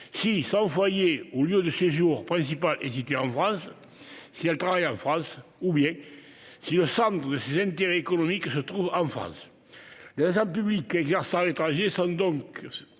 si son foyer ou lieu de séjour principal est situé en France, si elle travaille en France, ou bien si le « centre de ses intérêts économiques se trouve en France ». Les agents publics exerçant à l'étranger sont